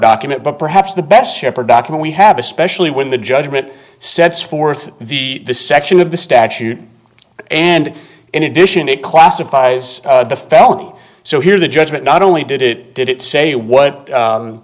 document but perhaps the best shepherd docking we have especially when the judgment sets forth the this section of the statute and in addition it classifies the felony so here's the judgment not only did it did it say what